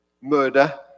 murder